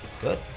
Good